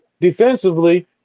defensively